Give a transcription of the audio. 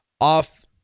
off